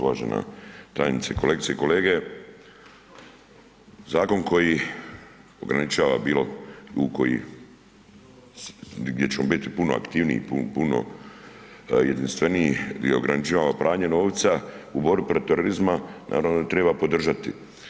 Uvažena tajnice, kolegice i kolege zakon koji ograničava bilo ukoji gdje ćemo biti puno aktivniji, puno jedinstveniji, gdje ograničava pranje novca u borbi protiv terorizma naravno da ga treba podržati.